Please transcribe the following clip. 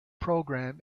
program